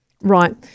Right